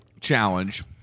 challenge